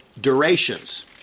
durations